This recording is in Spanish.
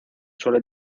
suele